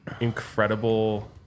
incredible